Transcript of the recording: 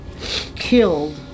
killed